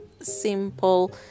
simple